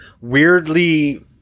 weirdly